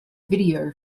video